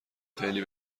خیلی